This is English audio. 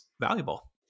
valuable